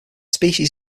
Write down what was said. species